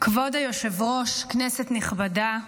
כבוד היושב-ראש, כנסת נכבדה,